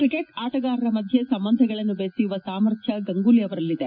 ಕ್ರಿಕೆಚ್ ಆಟಗಾರರ ಮಧ್ಯೆ ಸಂಬಂಧಗಳನ್ನು ಬೆಸೆಯುವ ಸಾಮರ್ಥ್ಯ ಗಂಗೂಲಿ ಅವರಲ್ಲಿದೆ